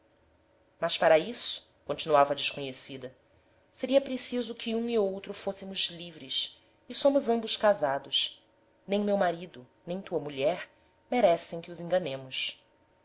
mas para isso continuava a desconhecida seria preciso que um e outro fôssemos livres e somos ambos casados nem meu marido nem tua mulher merecem que os enganemos